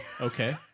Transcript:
Okay